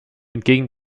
entgegen